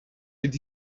did